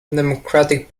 democratic